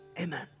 amen